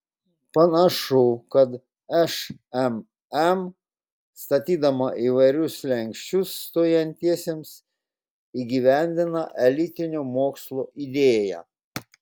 panašu kad šmm statydama įvairius slenksčius stojantiesiems įgyvendina elitinio mokslo idėją